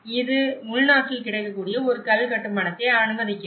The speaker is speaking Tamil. இது உள்நாட்டில் கிடைக்கக்கூடிய ஒரு கல் கட்டுமானத்தை அனுமதிக்கிறது